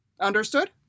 Understood